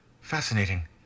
Fascinating